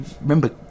remember